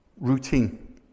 routine